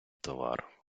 товар